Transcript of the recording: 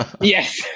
Yes